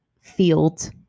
field